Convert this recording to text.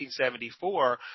1974